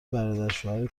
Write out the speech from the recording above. برادرشوهر